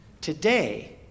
today